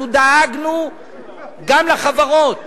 אנחנו דאגנו גם לחברות